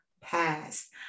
past